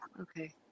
okay